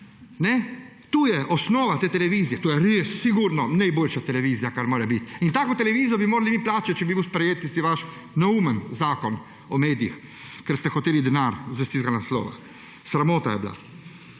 Tu je osnova te televizije, to je res sigurno najboljša televizija, kar mora biti. In tako televizijo bi morali mi plačati, če bi bil sprejet tisti vaš neumen zakon o medijih, ker ste hoteli denar iz tistega naslova. Sramota je bila.